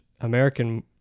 American